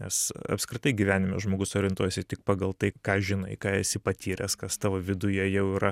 nes apskritai gyvenime žmogus orientuojasi tik pagal tai ką žinai ką esi patyręs kas tavo viduje jau yra